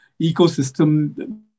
ecosystem